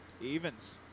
Evens